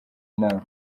inama